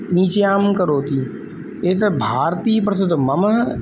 निश्चयं करोति एतत् भारतीय प्रस्तुतं मम